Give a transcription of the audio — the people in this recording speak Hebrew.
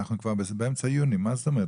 אנחנו כבר באמצע יוני, מה זאת אומרת.